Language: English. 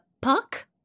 puck